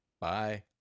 Bye